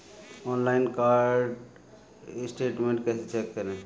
Online card statement कैसे check करें?